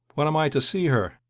when am i to see her?